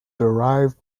derived